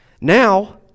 Now